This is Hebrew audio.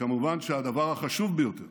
וכמובן שהדבר החשוב ביותר